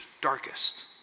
darkest